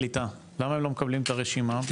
למה אתם לא מקבלים את הרשימה?